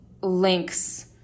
links